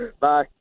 Bye